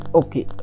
okay